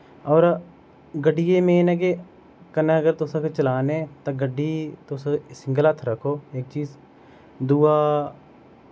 और गड्डियै मेन ऐ के कन्नै अगर तुस अगर चला ने ता गड्डी तुस सिंगल हत्थ रक्खो इक्क चीज़ दूआ